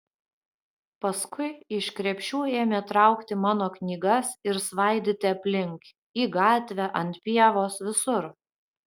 paskui iš krepšių ėmė traukti mano knygas ir svaidyti aplink į gatvę ant pievos visur